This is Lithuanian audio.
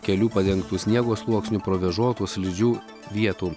kelių padengtų sniego sluoksniu provėžotos slidžių vietų